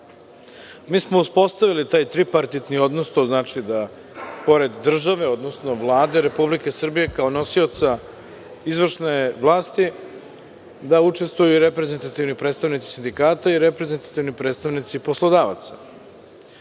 smo uspostavili taj tripartitni odnos, to znači da pored države, odnosno Vlade Republike Srbije kao nosioca izvršne vlasti, učestvuju i reprezentativni predstavnici sindikata i reprezentativni predstavnici poslodavaca.